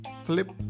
flip